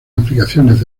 aplicaciones